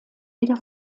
wieder